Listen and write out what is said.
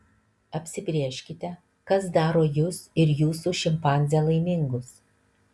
apsibrėžkite kas daro jus ir jūsų šimpanzę laimingus